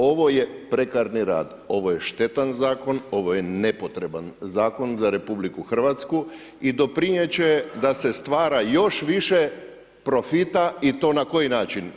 Ovo je prekarni rad, ovo je štetan zakon, ovo je nepotreban zakon za RH i doprinijeti će da se stvara još više profita i to na koji način?